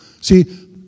See